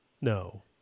no